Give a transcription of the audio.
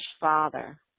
father